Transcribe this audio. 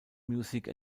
music